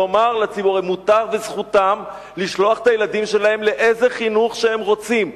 לומר לציבור שזכותם לשלוח את הילדים שלהם לאיזה חינוך שהם רוצים.